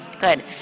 good